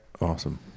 Awesome